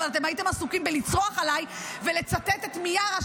אבל אתם הייתם עסוקים בלצרוח עליי ולצטט את מיארה,